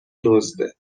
دزده